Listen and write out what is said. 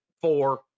four